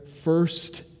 first